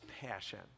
passion